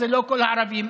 זה לא כל הערבים,